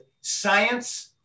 science